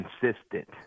consistent